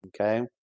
okay